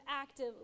active